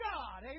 God